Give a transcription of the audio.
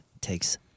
takes